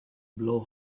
blow